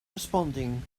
responding